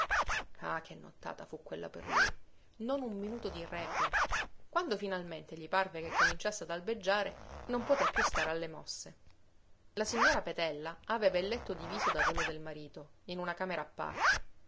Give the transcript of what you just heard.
ah che nottata fu quella per lui non un minuto di requie quando finalmente gli parve che cominciasse ad albeggiare non poté più stare alle mosse la signora petella aveva il letto diviso da quello del marito in una camera a parte